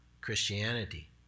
Christianity